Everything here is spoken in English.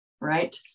Right